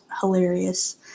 hilarious